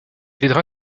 aidera